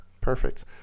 Perfect